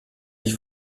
ich